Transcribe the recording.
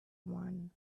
one